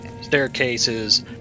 staircases